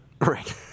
right